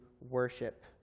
worship